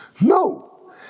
No